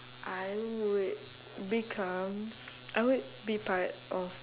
I would become I would be part of